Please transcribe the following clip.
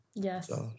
Yes